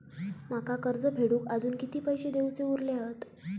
माका कर्ज फेडूक आजुन किती पैशे देऊचे उरले हत?